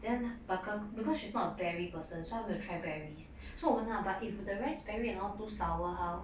then but her because she's not berry person so she 没有 try berries so 我问她 but if the raspberry and all too sour how